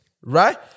right